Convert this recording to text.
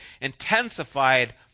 intensified